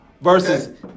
versus